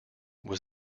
was